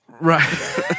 right